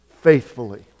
faithfully